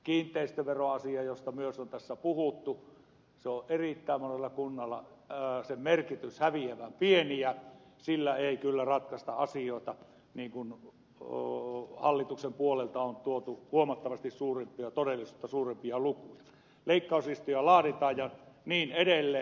kiinteistöveroasian merkitys josta myös on tässä puhuttu erittäin monessa kunnassa on häviävän pieni ja sillä ei kyllä ratkaista asioita niin kuin hallituksen puolelta on tuotu esiin huomattavasti suurempia todellisuutta suurempia lukuja leikkauslistoja laaditaan ja niin edelleen